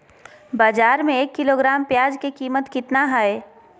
बाजार में एक किलोग्राम प्याज के कीमत कितना हाय?